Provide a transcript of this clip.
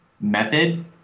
method